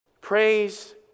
Praise